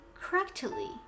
correctly